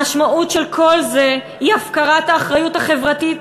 המשמעות של כל זה היא הפקרת האחריות החברתית